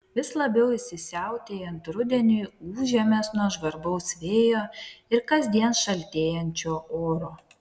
vis labiau įsisiautėjant rudeniui gūžiamės nuo žvarbaus vėjo ir kasdien šaltėjančio oro